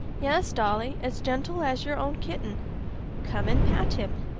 yes, dolly, as gentle as your own kitten come and pat him.